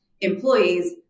employees